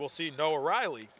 we'll see no riley